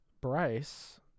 Bryce